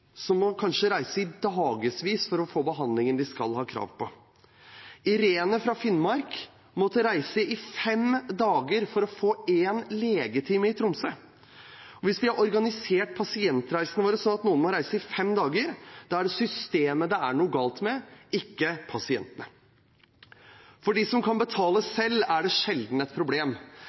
som kanskje må reise i dagevis for å få behandlingen de har krav på. Irene fra Finnmark måtte reise i fem dager for å få en legetime i Tromsø. Hvis vi har organisert pasientreisene våre sånn at noen må reise i fem dager, er det systemet det er noe galt med, ikke pasientene. For dem som kan betale selv, er det sjelden et problem.